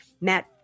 Matt